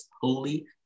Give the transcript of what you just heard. holy